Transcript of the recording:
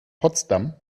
potsdam